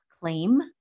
claim